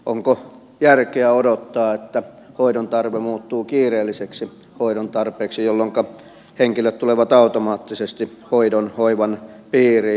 onko järkeä odottaa että hoidon tarve muuttuu kiireelliseksi hoidon tarpeeksi jolloinka henkilöt tulevat automaattisesti hoidon hoivan piiriin